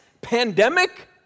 Pandemic